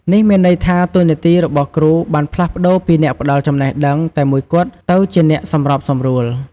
នេះមានន័យថា តួនាទីរបស់គ្រូបានផ្លាស់ប្ដូរពីអ្នកផ្ដល់ចំណេះដឹងតែមួយគត់ ទៅជា អ្នកសម្របសម្រួល។